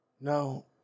No